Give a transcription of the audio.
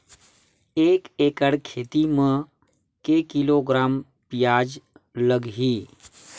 एक एकड़ खेती म के किलोग्राम प्याज लग ही?